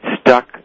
stuck